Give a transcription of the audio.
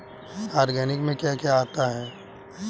Organic में क्या क्या आता है?